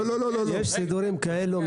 יש סידורים כאלה,